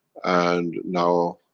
and now,